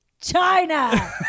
china